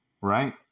right